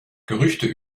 gerüchte